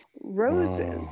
roses